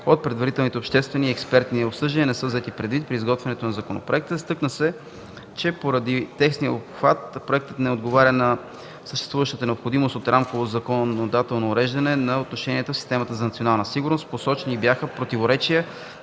от предварителните обществени и експертни обсъждания не са взети предвид при изготвянето на законопроекта. Изтъкна се, че поради тесния си обхват, проектът не отговаря на съществуващата необходимост от рамково законодателно уреждане на отношенията в системата за национална сигурност. Посочени бяха противоречия